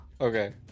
Okay